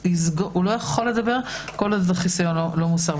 הוא לא יכול לדבר כל עוד החיסיון לא מוסר.